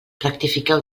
rectifiqueu